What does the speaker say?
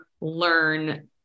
learn